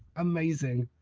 amazing.